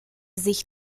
sich